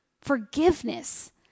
Forgiveness